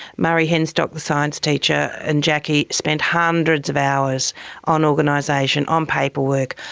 murray henstock, the science teacher, and jackie spent hundreds of hours on organisation, on paperwork.